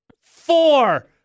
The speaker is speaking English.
four